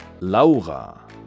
Laura